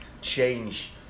change